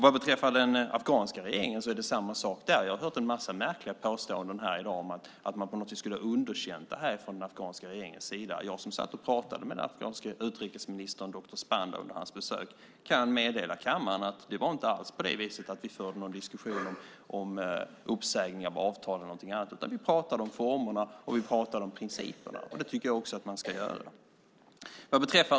Vad beträffar den afghanska regeringen är det samma sak. Jag har hört en massa märkliga påståenden här i dag om att man på något vis skulle ha underkänt det här från den afghanska regeringens sida. Jag som satt och pratade med den afghanske utrikesministern doktor Spanta under hans besök kan meddela kammaren att det inte alls var så att vi förde någon diskussion om uppsägning av avtalet eller någonting sådant. Vi pratade om formerna och principerna, och det tycker jag också att man ska göra.